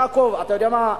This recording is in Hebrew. יעקב, אתה יודע מה?